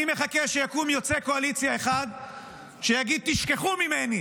אני מחכה שיקום חבר קואליציה אחד שיגיד: תשכחו ממני